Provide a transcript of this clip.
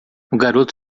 garoto